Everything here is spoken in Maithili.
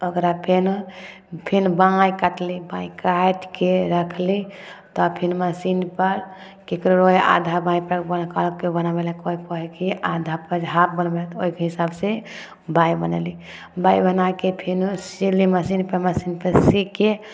ओकरा फेन फेन बाँह काटली बाँहि काटिके रखली तऽ फेन मशीनपर ककरो रहय हइ आधा बाँहिपर करके बनबे लए कोइ कहय हइ कि आधा बाँहि हाफ बनबय लए तऽ ओहिके हिसाबसँ बाँहि बनेली बाँहि बनाके फेनो सिली मशीनपर मशीनपर सीके